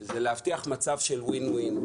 היא להבטיח מצב של Win-win.